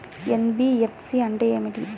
NBFC అంటే ఏమిటి?